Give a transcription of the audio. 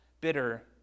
bitter